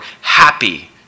happy